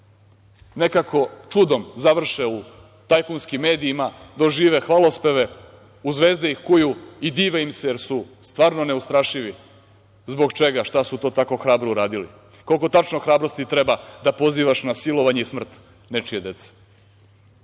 nekako čudom završe u tajkunskim medijima, dožive hvalospeve, u zvezde ih kuju i dive im se, jer su stvarno neustrašivi. Zbog čega, šta su to tako hrabro uradili? Koliko tačno hrabrosti treba da pozivaš na silovanje i smrt nečije dece?